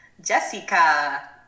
Jessica